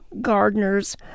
gardeners